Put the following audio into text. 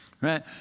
right